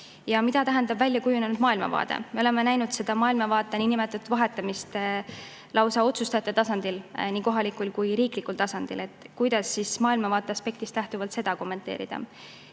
Ja mida tähendab väljakujunenud maailmavaade? Me oleme näinud seda maailmavaate niinimetatud vahetamist lausa otsustajate tasandil, nii kohalikul kui ka riiklikul tasandil. Kuidas siis maailmavaate aspektist lähtuvalt seda kommenteerida?